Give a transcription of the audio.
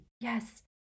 Yes